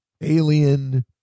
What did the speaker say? alien